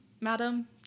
madam